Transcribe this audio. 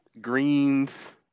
greens